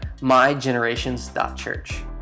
MyGenerations.Church